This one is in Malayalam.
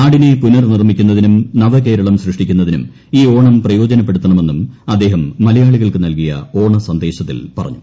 നാടിനെ പുനർനിർമിക്കുന്നതിനും നവകേരളം സൃഷ്ടിക്കുന്നതിനും ഈ ഓണം പ്രയോജനപ്പെടുത്തണമെന്നും അദ്ദേഹം മലയാളികൾക്ക് നൽകിയ ഓണസന്ദേശത്തിൽ പറഞ്ഞു